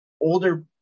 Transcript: older